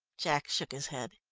jack shook his head.